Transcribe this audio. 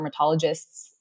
dermatologists